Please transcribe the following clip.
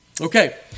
Okay